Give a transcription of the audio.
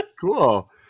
cool